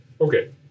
Okay